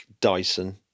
Dyson